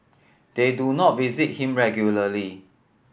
they do not visit him regularly